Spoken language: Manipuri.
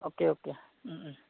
okay okay um um